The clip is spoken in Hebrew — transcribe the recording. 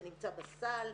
זה נמצא בסל.